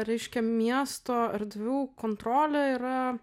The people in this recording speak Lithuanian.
reiškia miesto erdvių kontrolė yra